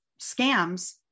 scams